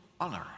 honor